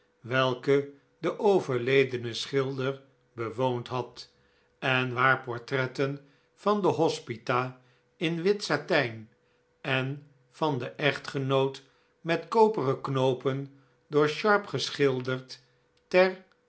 welke de overledene schilder bewoond had en waar portretten van de hospita in wit satijn en van den echtgenoot met koperen knoopen door sharp geschilderd ter